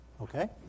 Okay